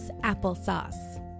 Applesauce